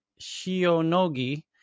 Shionogi